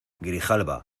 grijalba